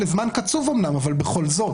אמנם לזמן קצוב אבל בכל זאת,